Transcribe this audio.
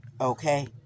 okay